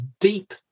deep